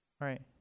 Right